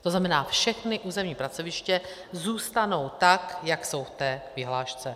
To znamená, všechna územní pracoviště zůstanou tak, jak jsou v té vyhlášce.